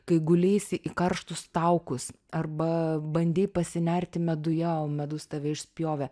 kai guleisi į karštus taukus arba bandei pasinerti meduje o medus tave išspjovė